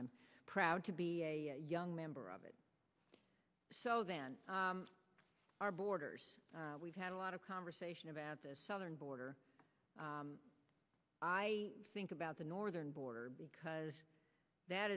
i'm proud to be a young member of it so then our borders we've had a lot of conversation about the southern border i think about the northern border because that